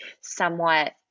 somewhat